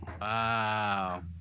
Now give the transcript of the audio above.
Wow